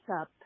up